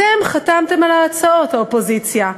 אתם, האופוזיציה,